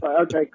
Okay